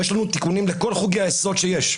כתבנו לנו תיקונים לכל חוקי היסוד שיש.